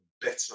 better